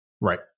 Right